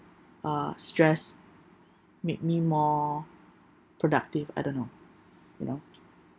uh stress make me more productive I don't know you know